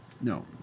No